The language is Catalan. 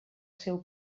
seu